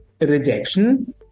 rejection